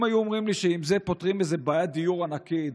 אם היו אומרים לי שעם זה פותרים איזו בעיית דיור ענקית,